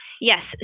yes